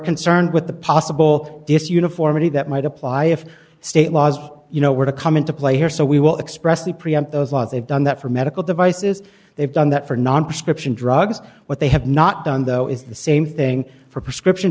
concerned with the possible this uniformity that might apply if state laws you know were to come into play here so we will expressly preempt those laws they've done that for medical devices they've done that for non prescription drugs what they have not done though is the same thing for prescription